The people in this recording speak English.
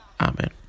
Amen